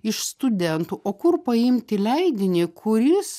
iš studentų o kur paimti leidinį kuris